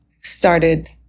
started